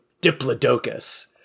Diplodocus